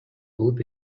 болуп